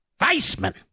Weissman